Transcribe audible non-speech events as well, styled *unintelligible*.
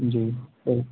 جی *unintelligible*